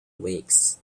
weeks